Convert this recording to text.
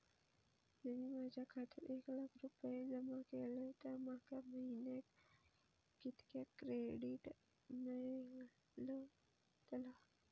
जर मी माझ्या खात्यात एक लाख रुपये जमा केलय तर माका महिन्याक कितक्या क्रेडिट मेलतला?